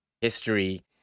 history